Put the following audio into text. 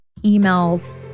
emails